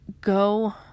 Go